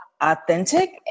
authentic